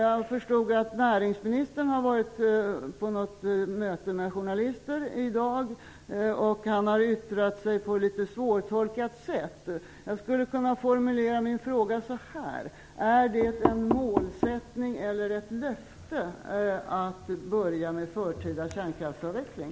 Jag har förstått att näringsministern har varit på ett möte med journalister i dag, där han yttrade sig på ett litet svårtolkat sätt. Jag skulle kunna formulera min fråga så här: Är det en målsättning eller ett löfte att börja med förtida kärnkraftsavveckling?